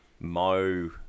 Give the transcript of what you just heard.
Mo